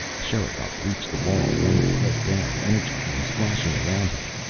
sherikov reached the wall, running head down, energy beams flashing around him.